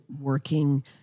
working